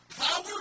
power